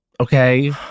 Okay